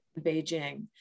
Beijing